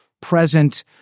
present